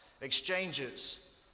exchanges